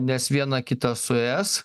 nes viena kitą suės